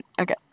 okay